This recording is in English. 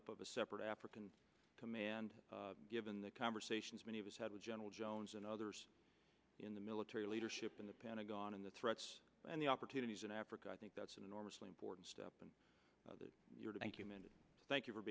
of a separate african command given the conversations many of us had with general jones and others in the military leadership in the pentagon in the threats and the opportunities in africa i think that's an enormously important step and you're to thank you